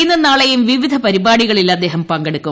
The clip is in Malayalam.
ഇന്നും നാളെയും വിവിധ പരിപാടികളിൽ അദ്ദേഹം പങ്കെടുക്കും